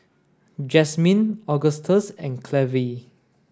Jazmyne Agustus and Clevie